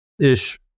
ish